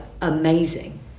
amazing